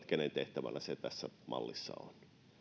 kenen tehtävänä se tässä mallissa